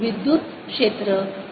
विद्युत क्षेत्र कितना काम करता है